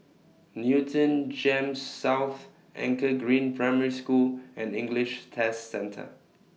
Newton Gems South Anchor Green Primary School and English Test Centre